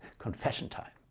confession time.